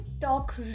talk